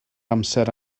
amser